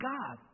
God